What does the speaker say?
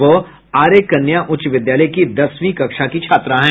वह आर्य कन्या उच्च विद्यालय की दसवीं कक्षा की छात्रा है